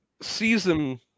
season